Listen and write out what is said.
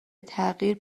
تغییر